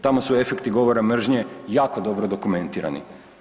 Tamo su efekti govora mržnje jako dobro dokumentirani.